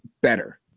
better